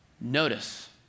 Notice